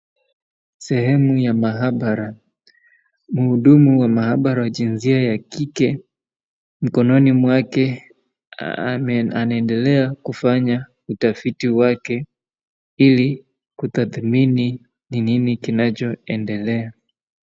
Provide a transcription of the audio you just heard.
Sehemu ya mahabara. Mhudumu wa mahabara wa jinsia ya kike mkononi mwake anaendelea kufanya utafiti wake ili kutadhmini ni nini kinachoendelea.